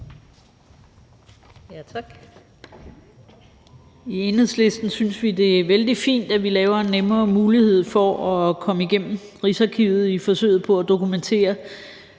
I Enhedslisten synes vi, det er vældig fint, at vi laver en nemmere mulighed for at komme igennem Rigsarkivet i forsøget på at dokumentere,